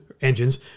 engines